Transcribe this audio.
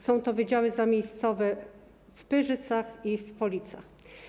Są to wydziały zamiejscowe w Pyrzycach i w Policach.